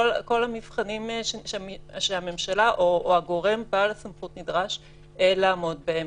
כל המבחנים שהממשלה או הגורם בעל הסמכות נדרש לעמוד בהם,